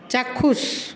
চাক্ষুষ